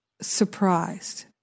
surprised